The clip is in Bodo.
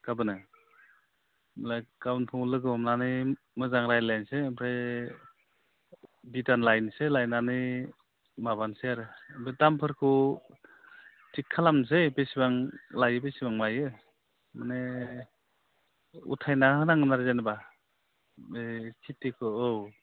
गाबोनो होमब्ला गाबोन फुङाव लोगो हमनानै मोजाङै रायज्लायनोसै ओमफ्राय बिधान लायनोसै लायनानै माबानोसै आरो ओमफ्राय दामफोरखौ थिख खालामनोसै बेसेबां लायो बेसेबां लायो माने उथायना होनांगोन आरो जेनेबा बे खिथिखौ औ